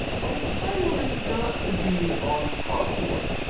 umpiring got to be unpopular.